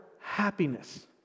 happiness